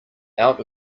out